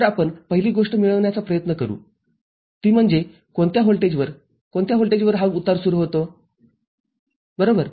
तरआपण पहिली गोष्ट मिळविण्याचा प्रयत्न करू ती म्हणजे कोणत्या व्होल्टेजवर कोणत्या व्होल्टेजवर हा उतार सुरू होतो बरोबर